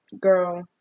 girl